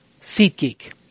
SeatGeek